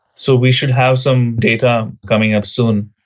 so we should have some data coming up soon,